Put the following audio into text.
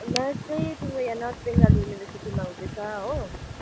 match चाहिँ तिम्रो यहाँ नर्थ बेङ्गल युनिभर्सिटीमा हुँदैछ हो